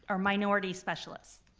or minority specialists,